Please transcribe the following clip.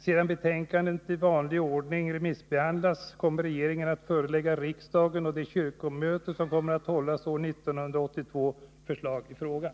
Sedan betänkandet i vanlig ordning remissbehandlats, kommer regeringen att förelägga riksdagen och det kyrkomöte som kommer att hållas år 1982 förslag i frågan.